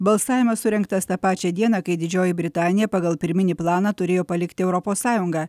balsavimas surengtas tą pačią dieną kai didžioji britanija pagal pirminį planą turėjo palikti europos sąjungą